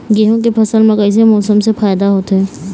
गेहूं के फसल म कइसे मौसम से फायदा होथे?